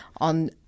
on